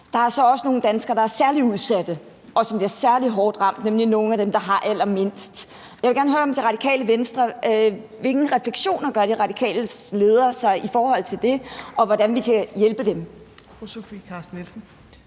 Der er så også nogle danskere, der er særlig udsatte, og som bliver særlig hårdt ramt, nemlig nogle af dem, der har allermindst, og jeg vil gerne høre, hvilke refleksioner De Radikales leder gør sig i forhold til det, og hvordan vi kan hjælpe dem. Kl. 14:46 Tredje